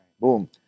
Boom